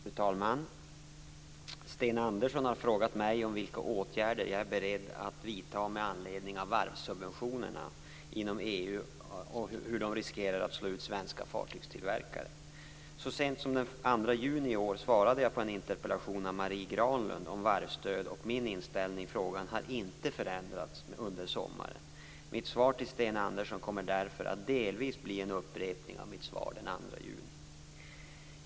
Fru talman! Sten Andersson har frågat mig vilka åtgärder jag är beredd att vidta med anledning av att varvssubventioner inom EU riskerar att slå ut svenska fartygstillverkare. Så sent som den 2 juni i år svarade jag på en interpellation av Marie Granlund om varvsstöd, och min inställning i frågan har inte förändrats under sommaren. Mitt svar till Sten Andersson kommer därför att delvis bli en upprepning av mitt svar den 2 juni.